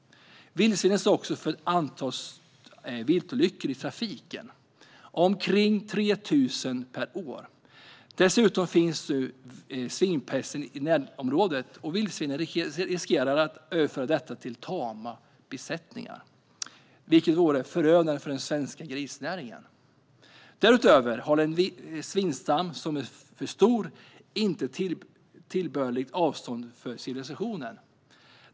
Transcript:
Vildsvinen står också för ett stort antal viltolyckor i trafiken, omkring 3 000 per år. Dessutom finns nu svinpesten i vårt närområde, och risken finns att vildsvinen överför denna till tama besättningar. Det vore förödande för den svenska grisnäringen. Därutöver håller en för stor svinstam inte tillbörligt avstånd till civilisationen.